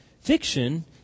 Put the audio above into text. fiction